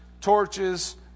torches